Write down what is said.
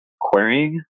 querying